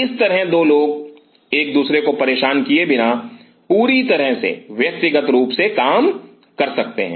इस तरह 2 लोग एक दूसरे को परेशान किए बिना पूरी तरह से व्यक्तिगत रूप से काम कर सकते हैं